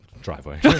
driveway